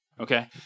okay